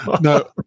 No